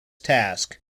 task